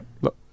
Look